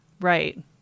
right